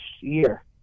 year